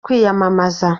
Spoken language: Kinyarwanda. kwiyamamaza